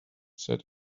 set